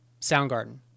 Soundgarden